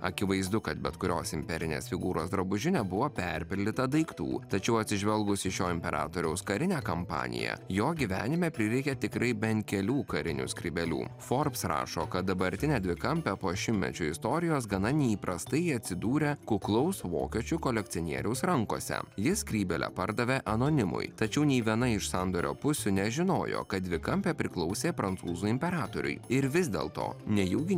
akivaizdu kad bet kurios imperinės figūros drabužinė buvo perpildyta daiktų tačiau atsižvelgus į šio imperatoriaus karinę kampaniją jo gyvenime prireikė tikrai bent kelių karinių skrybėlių forbs rašo kad dabartinė dvikampė po šimtmečio istorijos gana neįprastai atsidūrė kuklaus vokiečių kolekcionieriaus rankose jis skrybėlę pardavė anonimui tačiau nei viena iš sandorio pusių nežinojo kad dvikampė priklausė prancūzų imperatoriui ir vis dėl to nejaugi